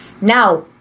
Now